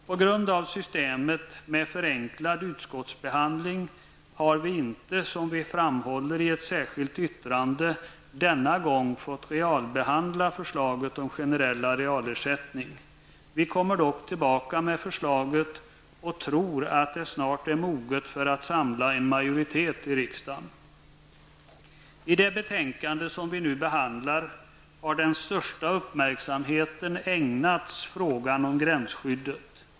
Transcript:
På grund av systemet med förenklad utskottsbehandling har vi inte, som vi framhåller i ett särskilt yttrande, denna gång fått realbehandla förslaget om generell arealersättning. Vi kommer dock tillbaka med förslaget och tror att det snart är moget för att samla en majoritet i riksdagen. I det betänkande som vi nu behandlar har den största uppmärksamheten ägnats frågan om gränsskyddet.